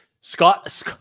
Scott